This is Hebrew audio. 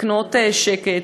לקנות שקט.